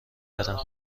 برم